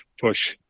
push